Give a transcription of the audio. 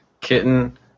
kitten